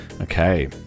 Okay